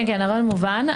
כן, הרעיון מובן.